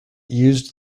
used